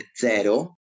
Zero